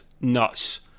nuts